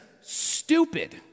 stupid